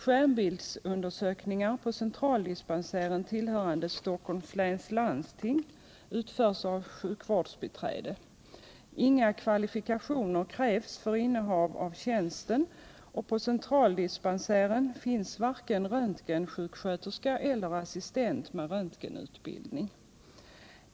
Skärmbildsundersökningar på centraldispensären tillhörande Stockholms läns landsting utförs av sjukvårdsbiträde. Inga kvalifikationer krävs för innehav av tjänsten och på centraldispensären finns varken röntgensjuksköterska eller assistent med röntgenutbildning.